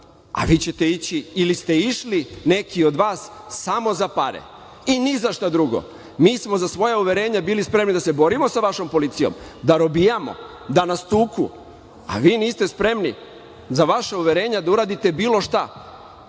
a vi ćete ići. Ili ste išli, neki od vas, samo za pare i ni za šta drugo. Mi smo za svoja uverenja bili spremni da se borimo sa vašom policijom, da robijamo, da nas tuku, a vi niste spremni za vaša uverenja da uradite bilo šta.